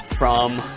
from